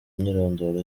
imyirondoro